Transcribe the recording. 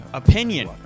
opinion